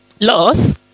loss